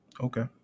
Okay